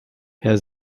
herr